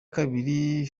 kabiri